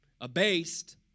Abased